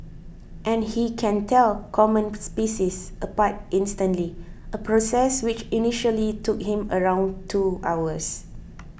and he can tell common species apart instantly a process which initially took him around two hours